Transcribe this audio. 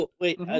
Wait